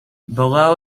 below